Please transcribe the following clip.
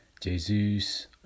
Jesus